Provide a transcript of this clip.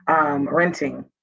renting